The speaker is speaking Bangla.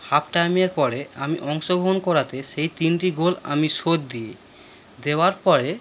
হাফ টাইমের পরে আমি অংশগ্রহণ করাতে সেই তিনটি গোল আমি শোধ দিই দেওয়ার পরে